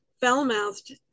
foul-mouthed